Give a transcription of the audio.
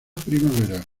primavera